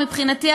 מבחינתי,